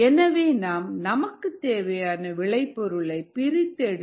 எனவே நாம் நமக்குத் தேவையான விளை பொருளை பிரித்தெடுத்து அதை தூய்மைப்படுத்த வேண்டும்